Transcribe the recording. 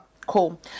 Cool